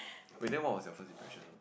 wait then what was your first impression of